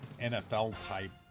NFL-type